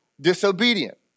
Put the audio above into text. disobedient